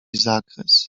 zakres